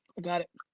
i got it.